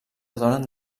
donen